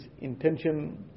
intention